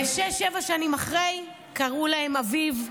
ושש-שבע שנים אחרי קראו להם אביב,